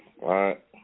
right